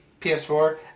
PS4